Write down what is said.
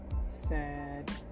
Sad